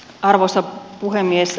arvoisa puhemies